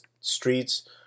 streets